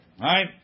Right